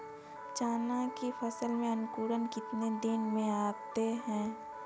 चना की फसल में अंकुरण कितने दिन में आते हैं?